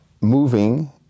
moving